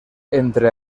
entre